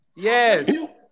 Yes